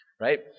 right